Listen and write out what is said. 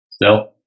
No